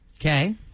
Okay